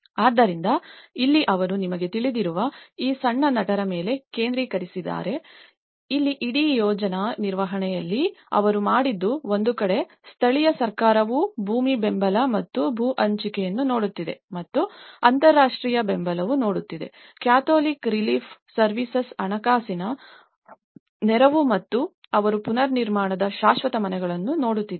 ಆದ್ದರಿಂದ ಇಲ್ಲಿ ಅವರು ನಿಮಗೆ ತಿಳಿದಿರುವ ಈ ಸಣ್ಣ ನಟರ ಮೇಲೆ ಕೇಂದ್ರೀಕರಿಸಿದ್ದಾರೆ ಇಲ್ಲಿ ಇಡೀ ಯೋಜನಾ ನಿರ್ವಹಣೆ ನಲ್ಲಿ ಅವರು ಮಾಡಿದ್ದು ಒಂದು ಕಡೆ ಸ್ಥಳೀಯ ಸರ್ಕಾರವು ಭೂಮಿ ಬೆಂಬಲ ಮತ್ತು ಭೂ ಹಂಚಿಕೆಯನ್ನು ನೋಡುತ್ತಿದೆ ಮತ್ತು ಅಂತರರಾಷ್ಟ್ರೀಯ ಬೆಂಬಲವು ನೋಡುತ್ತಿದೆ ಕ್ಯಾಥೋಲಿಕ್ ರಿಲೀಫ್ ಸರ್ವೀಸಸ್ ಹಣಕಾಸಿನ ನೆರವು ಮತ್ತು ಅವರು ಪುನರ್ನಿರ್ಮಾಣದ ಶಾಶ್ವತ ಮನೆಗಳನ್ನು ನೋಡುತ್ತಿದ್ದಾರೆ